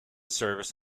service